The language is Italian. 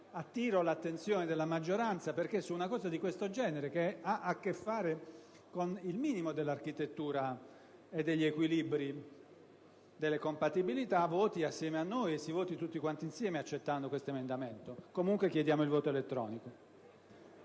Attiro l'attenzione della maggioranza perché, su una cosa di questo genere, che ha a che fare con il minimo dell'architettura e degli equilibri delle compatibilità, voti assieme a noi, e si voti tutti quanti assieme, accettando questo emendamento. In ogni caso, chiediamo la votazione